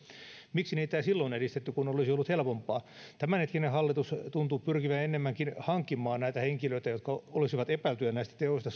miksi niitä ei silloin edistetty kun olisi ollut helpompaa tämänhetkinen hallitus tuntuu pyrkivän enemmänkin hankkimaan suomeen näitä henkilöitä jotka olisivat epäiltyjä näistä teoista